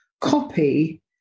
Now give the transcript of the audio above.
copy